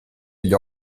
gli